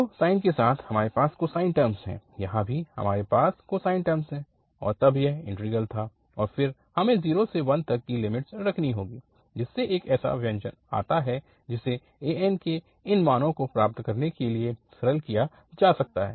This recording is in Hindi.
तो साइन के साथ हमारे पास कोसाइन टर्म है यहाँ भी हमारे पास कोसाइन टर्म है और तब यह इन्टीग्रल था और फिर हमें 0 से l तक की लिमिट्स रखनी होंगी जिसमे एक ऐसा व्यंजक आता है जिसे an के इन मानो को प्राप्त करने के लिए सरल किया जा सकता है